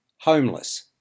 homeless